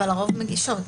אבל הרוב מגישות.